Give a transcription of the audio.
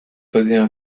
faisaient